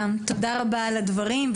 תודה רבה על הדברים.